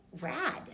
rad